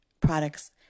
products